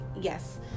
Yes